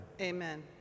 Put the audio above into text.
Amen